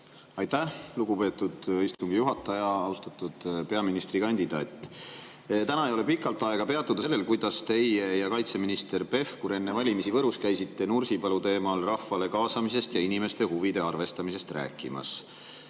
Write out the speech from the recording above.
Aitäh, lugupeetud istungi juhataja! Austatud peaministrikandidaat! Täna ei ole pikalt aega peatuda sellel, kuidas teie ja kaitseminister Pevkur enne valimisi käisite Võrus Nursipalu teemal rahvale kaasamisest ja inimeste huvide arvestamisest rääkimas.